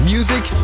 Music